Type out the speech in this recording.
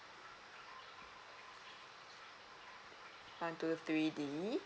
one two three D